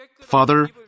Father